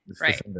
right